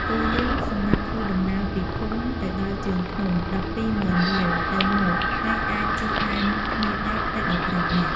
គោយន្តសម្រាប់ធ្វើដំណើរពីភូមិទៅដល់ជើងភ្នំ ១២០,០០០រៀល (ទៅមក) ហើយអាចជិះបានគ្នា១០ទៅ១៥នាក់។